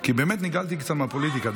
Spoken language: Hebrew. כי באמת נגעלתי קצת מהפוליטיקה.